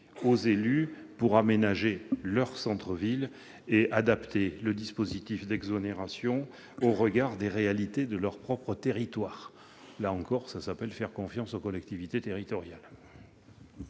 aux élus pour aménager leurs centres-villes et adapter le dispositif d'exonération aux réalités de leur territoire. Là encore, cela s'appelle faire confiance aux collectivités territoriales.